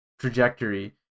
trajectory